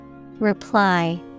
Reply